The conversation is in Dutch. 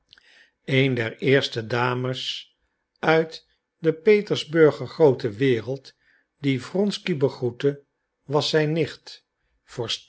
een der eerste dames uit de petersburger groote wereld die wronsky begroette was zijn nicht